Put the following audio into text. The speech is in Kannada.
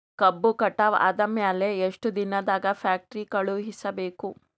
ಕಬ್ಬು ಕಟಾವ ಆದ ಮ್ಯಾಲೆ ಎಷ್ಟು ದಿನದಾಗ ಫ್ಯಾಕ್ಟರಿ ಕಳುಹಿಸಬೇಕು?